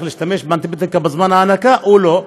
להשתמש באנטיביוטיקה בזמן ההנקה או לא.